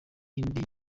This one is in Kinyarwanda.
indi